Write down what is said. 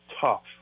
tough